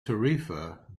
tarifa